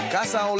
Casa